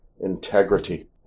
integrity